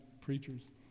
preachers